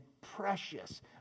precious